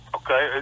okay